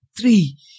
three